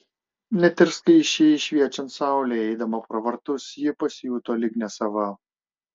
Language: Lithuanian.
net ir skaisčiai šviečiant saulei eidama pro vartus ji pasijuto lyg nesava